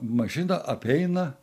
mašiną apeina